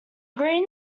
green